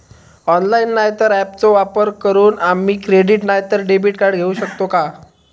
Online नाय तर ऍपचो वापर करून आम्ही क्रेडिट नाय तर डेबिट कार्ड घेऊ शकतो का?